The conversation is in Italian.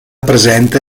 presente